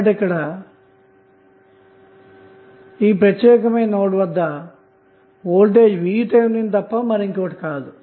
కాబట్టిఈ ప్రత్యేకమైన నోడ్ వద్ద వల్టేజ్ VTh తప్ప మరేమీ ఉండదు